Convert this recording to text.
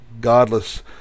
godless